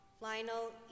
Lionel